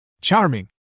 Charming